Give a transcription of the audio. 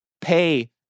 pay